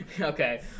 okay